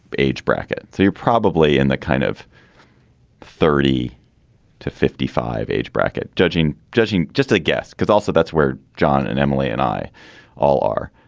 age bracket. so you probably in the kind of thirty to fifty five age bracket judging judging just a guess because also that's where john and emily and i all are.